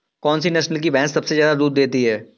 कौन सी नस्ल की भैंस सबसे ज्यादा दूध देती है?